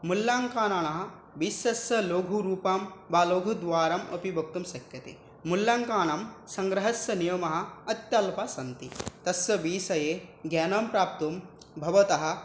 मूल्याङ्कानां विषयस्य लघुरूपं वा लघुद्वारम् अपि वक्तुं शक्यते मूल्याङ्कानां सङ्ग्रहस्य नियमाः अत्यल्पं सन्ति तस्य विषये ज्ञानं प्राप्तुं भवतः